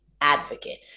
advocate